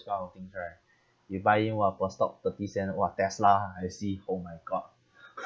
this kind of things right you buy in one apple stock thirty cent !wah! tesla I see oh my god